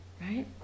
Right